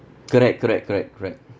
correct correct correct correct